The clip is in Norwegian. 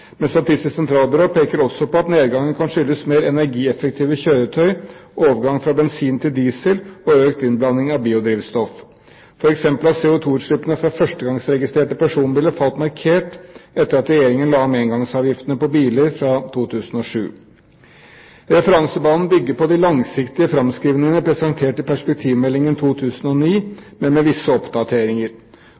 men Statistisk sentralbyrå peker også på at nedgangen kan skyldes mer energieffektive kjøretøy, overgang fra bensin til diesel og økt innblanding av biodrivstoff. For eksempel har CO2-utslippene fra førstegangsregistrerte personbiler falt markert etter at Regjeringen la om engangsavgiftene på biler fra 2007. Referansebanen bygger på de langsiktige framskrivingene presentert i Perspektivmeldingen 2009, men med visse oppdateringer.